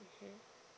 mmhmm